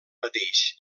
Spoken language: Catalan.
mateix